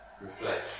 Reflect